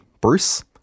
Bruce